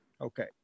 Okay